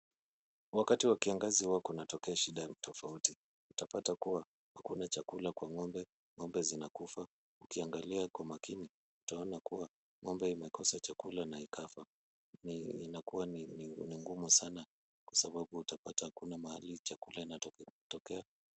Wakati wa kiangazi huwa kunatokea shida tofauti, utapata kuwa hakuna chakula kwa ng'ombe, ng'ombe zinakufa, ukiangalia kwa makini, utaona kuwa ng'ombe imekosa chakula na ikafa. Inakuwa ni ngumu sana kwa sababu utapata hakuna mahali chakula inatokea.